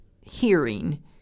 hearing